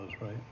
right